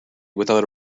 without